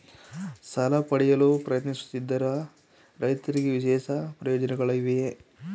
ಸಾಲ ಪಡೆಯಲು ಪ್ರಯತ್ನಿಸುತ್ತಿರುವ ರೈತರಿಗೆ ವಿಶೇಷ ಪ್ರಯೋಜನಗಳಿವೆಯೇ?